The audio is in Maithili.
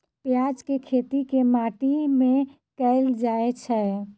प्याज केँ खेती केँ माटि मे कैल जाएँ छैय?